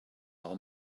are